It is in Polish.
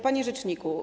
Panie Rzeczniku!